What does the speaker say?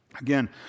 Again